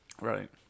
right